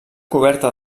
coberta